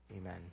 amen